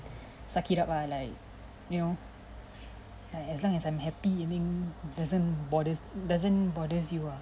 suck it up ah like you know uh as long as I'm happy I think doesn't bothers doesn't bothers you ah